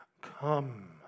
come